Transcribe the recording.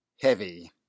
heavy